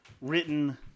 written